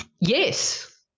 Yes